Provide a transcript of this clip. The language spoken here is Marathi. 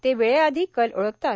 ते वेळेआधी कल ओळखतात